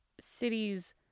cities